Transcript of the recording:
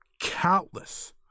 countless